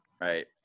right